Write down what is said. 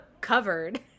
covered